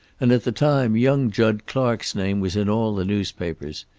and at the time young jud clark's name was in all the newspapers.